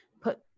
put